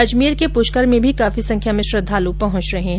अजमेर के प्रष्कर में भी काफी संख्या में श्रद्धाल पहच रहे है